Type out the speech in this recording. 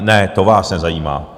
Ne, to vás nezajímá.